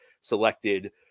selected